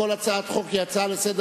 הצהרה,